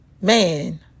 Man